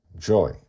Joy